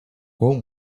qual